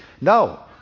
No